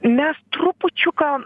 mes trupučiuką